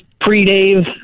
pre-Dave